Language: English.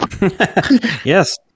Yes